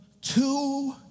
two